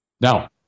Now